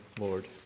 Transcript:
Lord